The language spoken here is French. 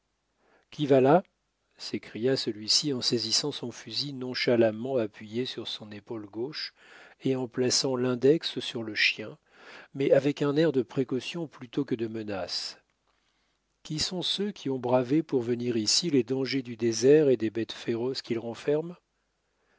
qui va là s'écria celui-ci en saisissant son fusil nonchalamment appuyé sur son épaule gauche et en plaçant l'index sur le chien mais avec un air de précaution plutôt que de menace qui sont ceux qui ont bravé pour venir ici les dangers du désert et des bêtes féroces qu'il renferme